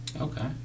Okay